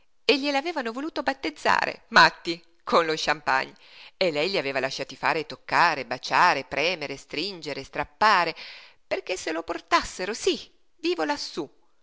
e gliel'avevano voluto battezzare matti con lo champagne e lei li aveva lasciati fare e toccare baciare premere stringere strappare perché se lo portassero sí vivo lassú